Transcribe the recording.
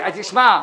תשמע...